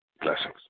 Blessings